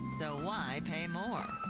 so why pay more?